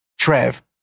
Trev